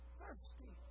thirsty